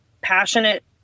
passionate